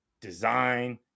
design